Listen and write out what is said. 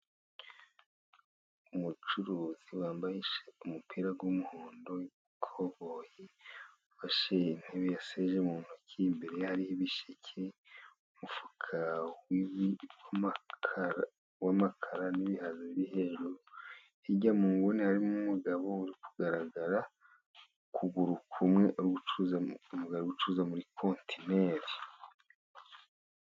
Umucuruzi wambaye umupira w'umuhondo n'ikoboyi, ufashe intebe ya sheze mu ntoki, imbere hari ibisheke umufuka w'amakara, n'ibihaza biri hejuru, hijya muguni harimo umugabo uri kugaragara ukuguru kumwe, uri gucuruza umugabo uri gucuruza muri kontineri.